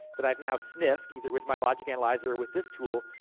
that i've now sniffed, either with my logic analyzer, or with this tool.